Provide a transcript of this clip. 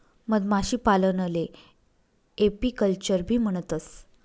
मधमाशीपालनले एपीकल्चरबी म्हणतंस